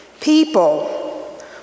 People